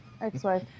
Ex-wife